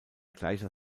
gleicher